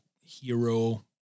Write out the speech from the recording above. hero